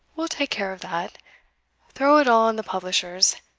we'll take care of that throw it all on the publishers.